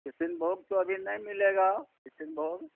کشن بھوگ تو ابھی نہیں ملے گا کشن بھوگ